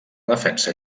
defensa